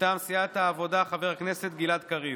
מטעם סיעת העבודה, חבר הכנסת גלעד קריב.